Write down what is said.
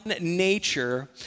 nature